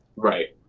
right.